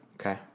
Okay